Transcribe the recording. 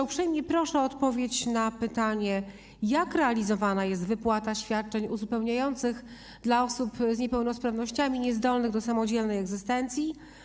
Uprzejmie proszę o odpowiedź na pytanie: Jak realizowana jest wypłata świadczeń uzupełniających dla osób z niepełnosprawnościami niezdolnych do samodzielnej egzystencji?